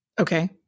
Okay